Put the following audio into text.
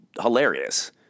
hilarious